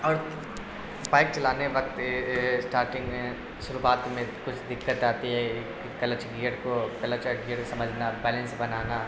اور بائک چلانے وقت اسٹارٹنگ میں شروعات میں کچھ دقت آتی ہے کلچ گیئر کو کلچ اور گیئر سمجھنا بیلنس بنانا